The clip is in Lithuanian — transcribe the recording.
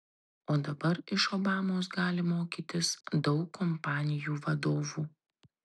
o dabar iš obamos gali mokytis daug kompanijų vadovų